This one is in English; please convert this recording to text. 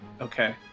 Okay